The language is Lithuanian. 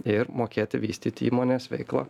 ir mokėti vystyti įmonės veiklą